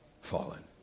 fallen